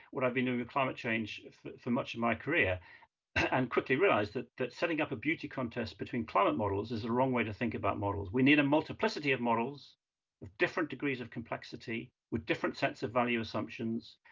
what i've been doing with climate change for much of my career and quickly realized that that setting up a beauty contest between climate models is the wrong way to think about models. we need a multiplicity of models with different degrees of complexity, with different sets of value assumptions.